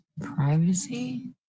Privacy